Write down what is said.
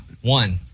One